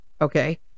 Okay